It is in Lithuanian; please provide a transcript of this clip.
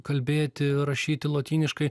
kalbėti rašyti lotyniškai